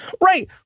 Right